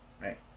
right